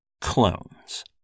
clones